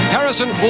Harrison